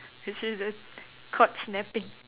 you see the cord snapping